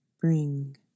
bring